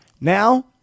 Now